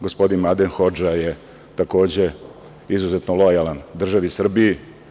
Gospodin Adem Hodža je takođe izuzetno lojalan državi Srbiji.